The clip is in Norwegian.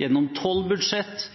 gjennom seks